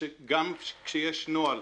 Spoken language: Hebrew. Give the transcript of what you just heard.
גם כשיש נוהל,